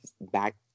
back